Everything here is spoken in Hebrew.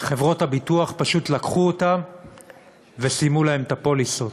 חברות הביטוח פשוט לקחו אותם וסיימו להם את הפוליסות.